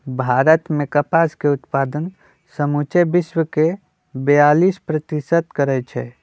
भारत मे कपास के उत्पादन समुचे विश्वके बेयालीस प्रतिशत करै छै